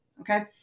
okay